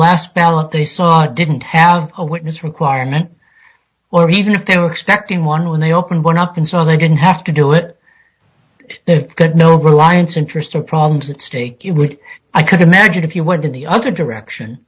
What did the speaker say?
last ballot they saw didn't have a witness requirement or even if they were expecting one when they opened one up and saw they didn't have to do it they've got no reliance interest or problems at stake you would i could imagine if you went in the other direction